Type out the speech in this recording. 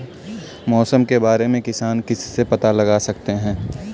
मौसम के बारे में किसान किससे पता लगा सकते हैं?